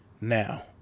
now